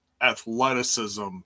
athleticism